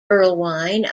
erlewine